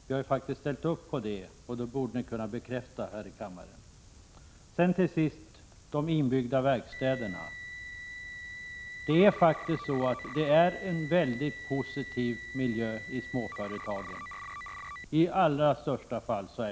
Vi har faktitkt ställt upp på det, och det borde ni kunna bekräfta här i kammaren 87 Till sist beträffande de inbyggda verkstäderna: Det är en mycket positiv miljö i småföretagen i de allra flesta fall.